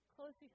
Close